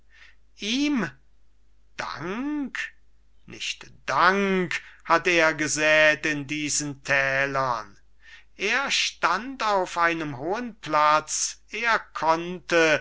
ihm dank nicht dank hat er gesät in diesen tälern er stand auf einem hohen platz er konnte